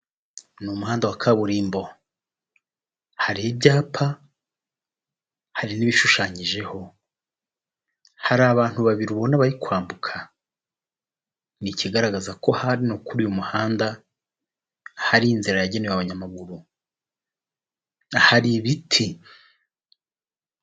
Ni umuhanda wa kaburimbo, hari ibyapa, hari n'ibishushanyijeho, hari abantu babiri ubona bari kwambuka, ni ikigaragaza ko hano kuri uyu muhanda, hari inzira yagenewe abanyamaguru, hari ibiti.